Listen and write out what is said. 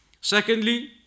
Secondly